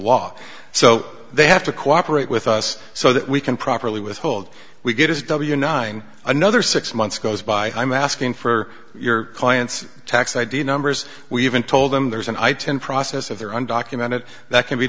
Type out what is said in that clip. law so they have to cooperate with us so that we can properly withhold we get as w nine another six months goes by i'm asking for your client's tax id numbers we even told them there's an i ten process if they're undocumented that can be